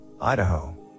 Idaho